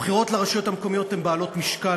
הבחירות לרשויות המקומיות הן בעלות משקל